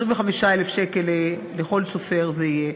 25,000 שקל לכל סופר זה יהיה,